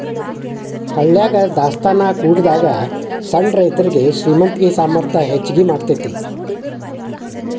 ಹಳ್ಯಾಗ ದಾಸ್ತಾನಾ ಕೂಡಿಡಾಗ ಸಣ್ಣ ರೈತರುಗೆ ಶ್ರೇಮಂತಿಕೆ ಸಾಮರ್ಥ್ಯ ಹೆಚ್ಗಿ ಮಾಡತೈತಿ